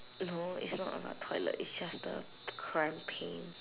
no it's not about toilet it's just the cramp pain